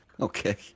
Okay